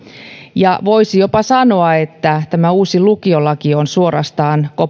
ja voisi jopa sanoa että tämä uusi lukiolaki on suorastaan